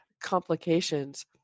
complications